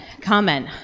comment